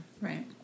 Right